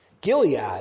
Gilead